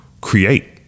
create